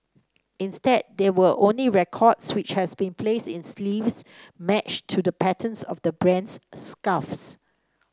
instead there were only records which has been placed in sleeves matched to the patterns of the brand's scarves